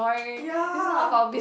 ya